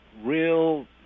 real